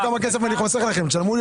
הישיבה נעולה.